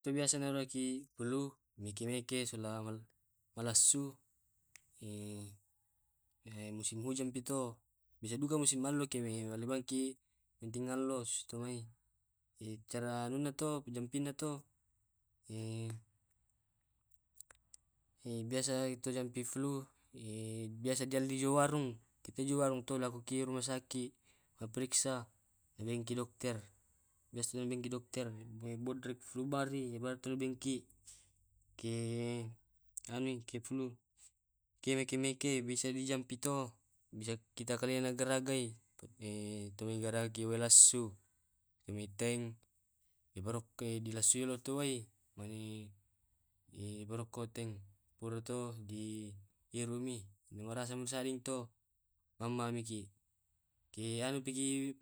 Itu biasa na kennaki flu, meke meke sula malassu, musim hujanpi to, bisa duka masim alloki tu mallumaiki penting allo stumai. Cara anunna to pajampinna to biasa tu pajampi flu, biasa di alli jo warung. Kete jo warung to eloki ro rumah sakit, mapriksa na beangki dokter. Biasa na bilangki dokter Bodrek flu bari pale bilangki ke anuki ke flu, kemeke meke bisa ji jampi to bisa kita kalena tp kita garagai. Tapi itumai walassu, kimiteng, diparokkoi dilasui tu wai. Mane di parokko teng, pura tu eh di irumi, marasa di saling to, mamma miki kianu paki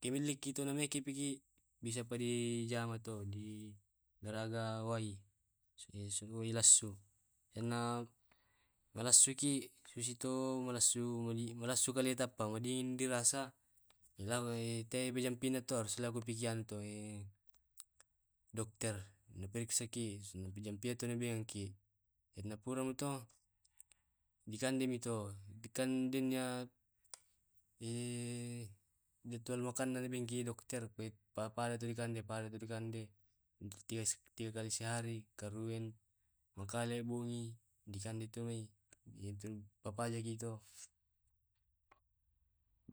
kibelliki tu meke paki biasa pa di jama to di garaga wai suoi lassu. Enna malassuki susi to malassu malasu kaleta pa madingin dirasa laoi te pujampi na to harus ki pergi anu to eh dokter na priksaki saba pejampie tu na biangki karna purami to dikande mi to dikandenya eh dipolokanki manggi dokter papada tu dikande papada tu dikande tiga kali sehari, karuen makale bungi dikande tu mai papajaki kito.